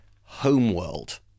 Homeworld